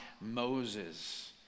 Moses